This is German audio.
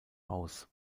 aus